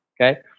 Okay